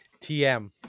TM